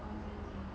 oh